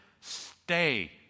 Stay